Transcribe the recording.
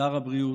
שר הבריאות,